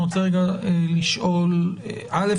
אני רוצה רגע לשאול: א',